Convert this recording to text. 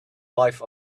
life